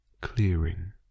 clearing